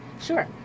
Sure